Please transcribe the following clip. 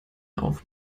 auf